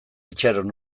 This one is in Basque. itxaron